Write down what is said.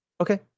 Okay